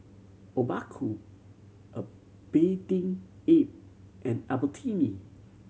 Obaku A Bathing Ape and Albertini